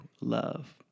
love